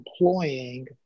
employing